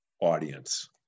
audience